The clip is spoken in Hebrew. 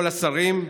כל השרים,